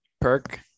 Perk